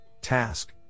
task